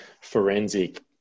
forensic